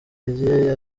rye